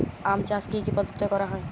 আম চাষ কি কি পদ্ধতিতে করা হয়?